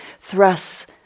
thrusts